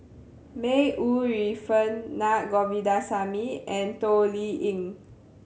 May Ooi Yu Fen Naa Govindasamy and Toh Liying